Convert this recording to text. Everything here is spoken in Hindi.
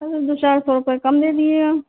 हाँ तो दो चार सौ रुपये कम दे दिएगा